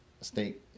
state